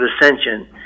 ascension